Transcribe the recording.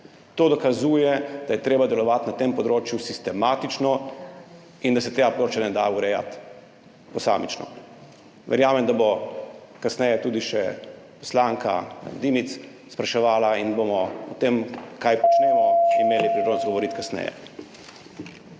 To dokazuje, da je treba delovati na tem področju sistematično in da se tega področja ne da urejati posamično. Verjamem, da bo kasneje tudi še poslanka Dimic spraševala in bomo o tem, kaj počnemo, imeli priložnost govoriti kasneje.